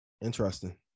Interesting